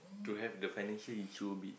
to have the financial issue a bit